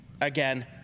Again